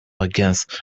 against